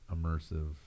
immersive